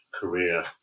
career